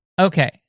Okay